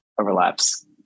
overlaps